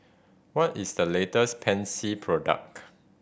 what is the latest Pansy product